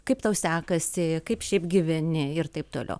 kaip tau sekasi kaip šiaip gyveni ir taip toliau